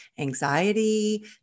anxiety